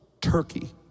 Turkey